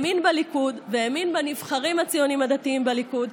האמין בליכוד והאמין בנבחרים הציונים הדתיים בליכוד,